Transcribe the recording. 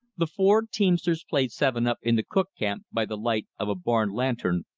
the four teamsters played seven-up in the cook camp by the light of a barn lantern,